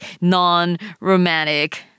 non-romantic